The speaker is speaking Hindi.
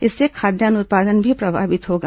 इससे खाद्यान्न उत्पादन भी प्रभावित होगा